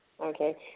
Okay